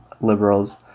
liberals